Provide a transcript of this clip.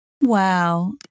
Wow